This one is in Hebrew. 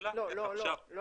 לא, לא.